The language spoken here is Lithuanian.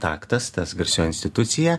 taktas tas garsioji institucija